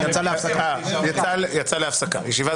הישיבה